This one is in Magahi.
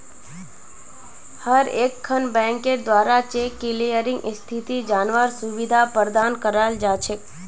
हर एकखन बैंकेर द्वारा चेक क्लियरिंग स्थिति जनवार सुविधा प्रदान कराल जा छेक